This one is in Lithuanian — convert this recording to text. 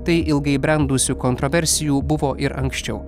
tai ilgai brendusių kontroversijų buvo ir anksčiau